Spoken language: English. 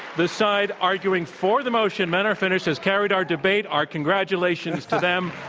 the side arguing for the motion, men are finished, has carried our debate. our congratulations to them.